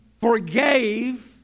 forgave